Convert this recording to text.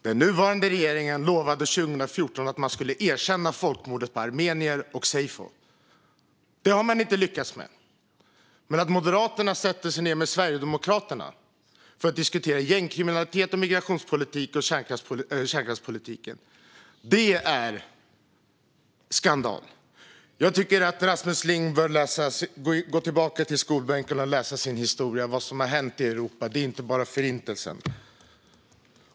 Den nuvarande regeringen lovade 2014 att man skulle erkänna folkmordet på armenier, seyfo. Det har man inte lyckats med. Men att Moderaterna sätter sig ned med Sverigedemokraterna för att diskutera gängkriminalitet, migrationspolitik och kärnkraftspolitik är tydligen skandal. Jag tycker att Rasmus Ling bör gå tillbaka till skolbänken, läsa sin historia och lära sig vad som har hänt i Europa. Det är inte bara Förintelsen.